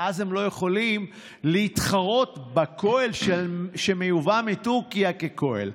ואז הם לא יכולים להתחרות בכוהל שמיובא מטורקיה ככוהל.